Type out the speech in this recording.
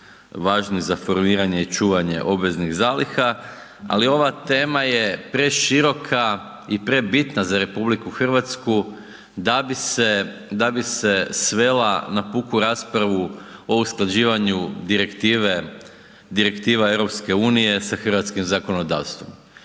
važni za formiranje i čuvanje obveznih zaliha ali ova tema je preširoka i prebitna za RH da bi se svela na puku raspravu o usklađivanju direktive, direktiva EU sa hrvatskim zakonodavstvom.